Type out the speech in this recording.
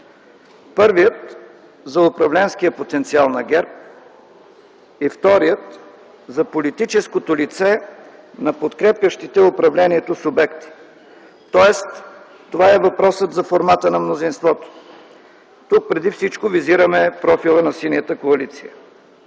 първият – за управленския потенциал на ГЕРБ, и вторият – за политическото лице на подкрепящите управлението субекти. Тоест това е въпросът за формата на мнозинството. Тук преди всичко визираме профила на Синята коалиция.